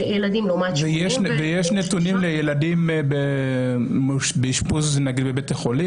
יש נתונים לגבי ילדים שמאושפזים במצב קשה בבתי חולים,